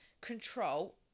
control